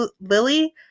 Lily